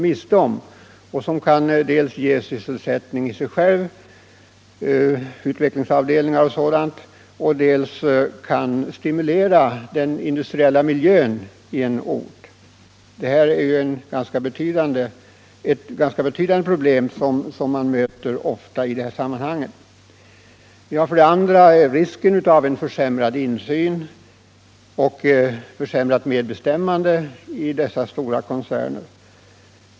Det är faktorer som dels kan ge sysselsättning —-utvecklingsavdelningar osv. — dels kan stimulera den industriella miljön i en ort. Detta är ett ganska betydande problem som man ofta möter i dessa sammanhang vid stark omstrukturering. För det andra gäller det risken av försämrad insyn och försämrat medbestämmande i dessa stora koncerner.